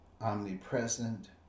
omnipresent